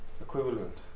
equivalent